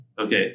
Okay